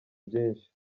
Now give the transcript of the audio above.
byinshi